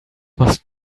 machst